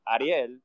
Ariel